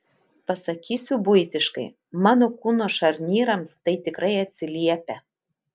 pasakysiu buitiškai mano kūno šarnyrams tai tikrai atsiliepia